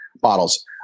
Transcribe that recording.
bottles